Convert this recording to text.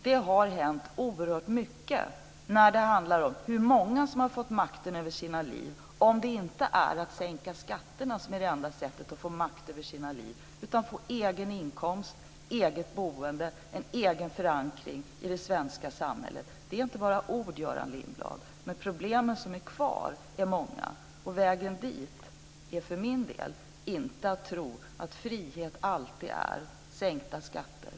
Det har hänt oerhört mycket när det handlar om hur många som har fått makten över sina liv, om det nu inte är sänka skatterna som är det enda sättet att få makt över sitt liv. Det är att få egen inkomst, eget boende och egen förankring i det svenska samhället. Det är inte bara ord, Göran Lindblad. Men de problem som är kvar är många, och vägen dit är för min del inte att tro att frihet alltid är sänkta skatter.